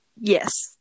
yes